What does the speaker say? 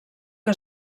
que